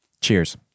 Cheers